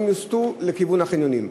הם יוסטו לכיוון החניונים.